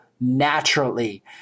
naturally